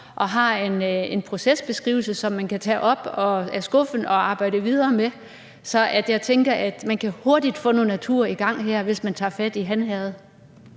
og har en procesbeskrivelse, som man kan tage op af skuffen og arbejde videre med. Så jeg tænker, at man hurtigt kan få noget natur i gang her, hvis man tager fat i Han Herred.